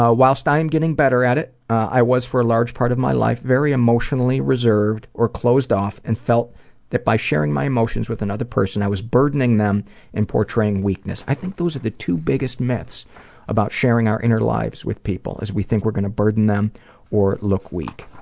ah whilst i am getting better at it, i was for a large part of my life very emotionally reserved or closed off and felt that by sharing my emotions with another person, i was burdening them in portraying weakness. i think those are the two biggest myths about sharing our inner lives with people because we think we're going to burden them or look weak.